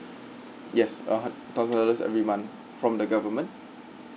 yes a hun~ thousand dollars every month from the government